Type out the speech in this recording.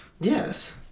Yes